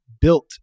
built